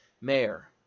Mayor